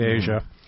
Asia